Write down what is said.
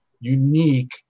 unique